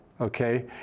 okay